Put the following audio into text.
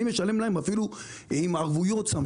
אני משלם אפילו עם ערבויות.